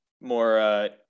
more